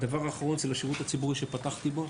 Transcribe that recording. הדבר האחרון זה לשירות הציבורי שפתחתי בו,